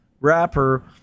wrapper